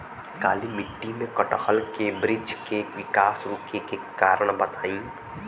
काली मिट्टी में कटहल के बृच्छ के विकास रुके के कारण बताई?